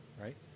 right